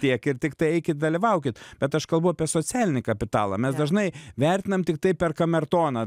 tiek ir tiktai eikit dalyvaukit bet aš kalbu apie socialinį kapitalą mes dažnai vertinam tiktai per kamertoną